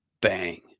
bang